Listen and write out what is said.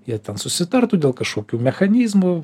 jie ten susitartų dėl kažkokių mechanizmų